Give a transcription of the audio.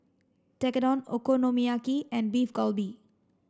Tekkadon Okonomiyaki and Beef Galbi